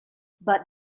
but